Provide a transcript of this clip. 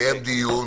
אנחנו מקיימים דיון.